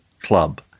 Club